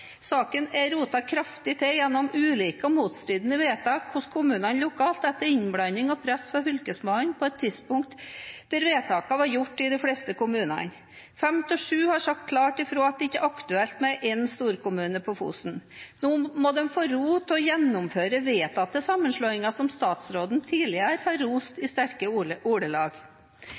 Saken er rotet kraftig til gjennom ulike og motstridende vedtak hos kommunene lokalt etter innblanding og press fra fylkesmannen på et tidspunkt da vedtakene var gjort i de fleste kommunene. Fem av sju har sagt klart ifra at det ikke er aktuelt med én storkommune på Fosen. Nå må de få ro til å gjennomføre vedtatte sammenslåinger som statsråden tidligere har rost i sterke